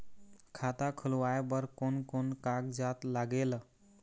खाता खुलवाय बर कोन कोन कागजात लागेल?